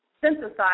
synthesized